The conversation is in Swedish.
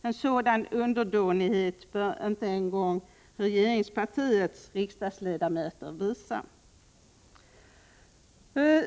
En sådan underdånighet bör inte ens regeringspartiets riksdagsledamöter visa.